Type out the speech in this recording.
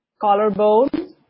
Collarbone